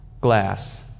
Glass